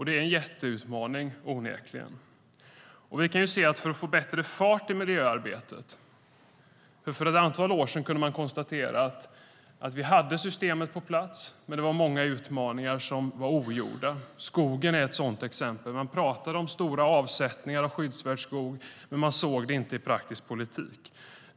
Det är onekligen en jätteutmaning. För ett antal år sedan kunde vi konstatera att vi hade systemet på plats men att det var många utmaningar som var ogjorda. Skogen är ett sådant exempel. Man talade om stora avsättningar av skyddsvärd skog, men man såg det inte i praktisk politik.